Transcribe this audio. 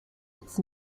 its